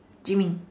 do you mean